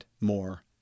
more